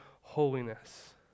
Holiness